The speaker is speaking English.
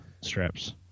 straps